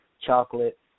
chocolate